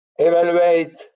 Evaluate